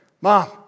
Mom